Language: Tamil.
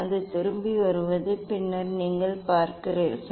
அது திரும்பி வருவது பின்னர் நீங்கள் பார்க்கிறீர்கள்